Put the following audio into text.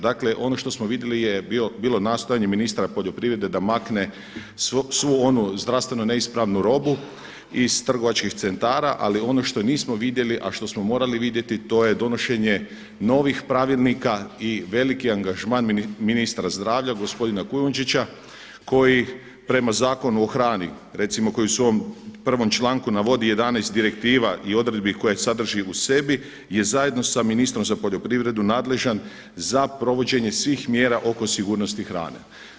Dakle ono što smo vidjeli je bilo nastojanje ministra poljoprivrede da makne svu onu zdravstvenu neispravnu robu iz trgovačkih centara, ali ono što nismo vidjeli, a što smo morali vidjeti to je donošenje novih pravilnika i veliki angažman ministra zdravlja gospodina Kujundžića koji prema Zakonu o hrani recimo koji se u ovom prvom članku navodi 11 direktiva i odredbi koje sadrži u sebi je zajedno sa ministrom za poljoprivredu nadležan za provođenje svih mjera oko sigurnosti hrane.